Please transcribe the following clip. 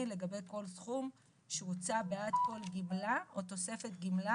לגבי כל סכום שהוצא בעד כל גמלה או תוספת גמלה